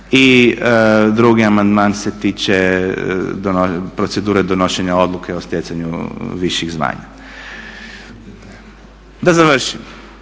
I drugi amandman se tiče procedure donošenja odluke o stjecanju viših zvanja. Da završim.